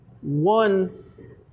one